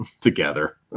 together